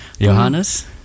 Johannes